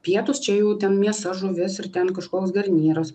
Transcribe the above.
pietus čia jau ten mėsa žuvis ir ten kažkoks garnyras